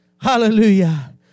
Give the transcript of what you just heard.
hallelujah